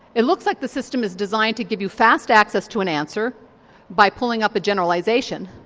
it looks like the system is designed to give you fast access to an answer by pulling up a generalisation,